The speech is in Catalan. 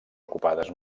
ocupades